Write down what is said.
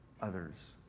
others